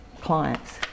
clients